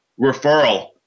referral